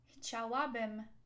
Chciałabym